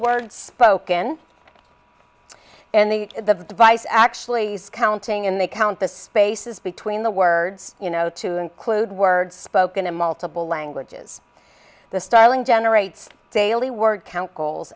words spoken and the the device actually counting and they count the spaces between the words you know to include words spoken in multiple languages the styling generates daily word c